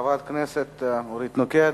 חברת הכנסת אורית נוקד,